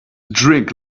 drink